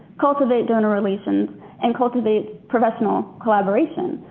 cultivate donor relations and cultivate professional collaboration.